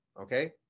Okay